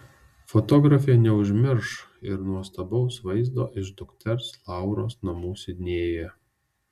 fotografė neužmirš ir nuostabaus vaizdo iš dukters lauros namų sidnėjuje